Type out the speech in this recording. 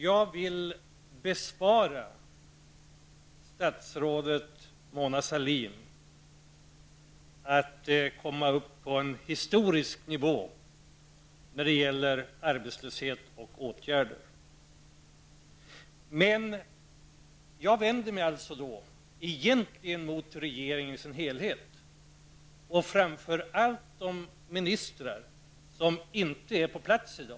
Jag vill bespara statsrådet Mona Sahlin att komma upp på en historisk nivå när det gäller arbetslöshet och åtgärder. Jag vänder mig egentligen mot regeringen som helhet, och framför allt mot de ministrar som inte är på plats här i dag.